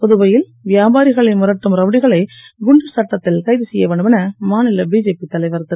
புதுவையில் வியாபாரிகளை மிரட்டும் ரவுடிகளை குண்டர் சட்டத்தில் கைது செய்ய வேண்டும் என மாநில பிஜேபி தலைவர் திரு